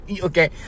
Okay